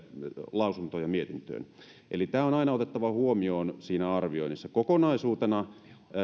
lausuntoon ja mietintöön eli tämä on aina otettava huomioon siinä arvioinnissa kokonaisuutena